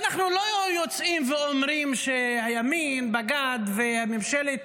ואנחנו לא יוצאים ואומרים שהימין בגד וממשלת